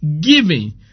giving